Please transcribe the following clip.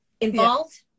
involved